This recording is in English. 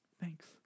Thanks